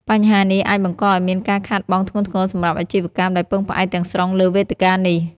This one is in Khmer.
បញ្ហានេះអាចបង្កឱ្យមានការខាតបង់ធ្ងន់ធ្ងរសម្រាប់អាជីវកម្មដែលពឹងផ្អែកទាំងស្រុងលើវេទិកានេះ។